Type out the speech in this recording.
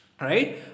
right